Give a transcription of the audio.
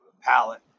palette